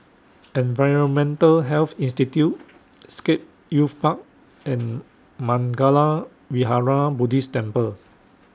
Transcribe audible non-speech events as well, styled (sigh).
(noise) Environmental Health Institute Scape Youth Park and Mangala Vihara Buddhist Temple